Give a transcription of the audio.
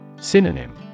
Synonym